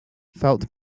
felt